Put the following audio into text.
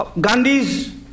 Gandhi's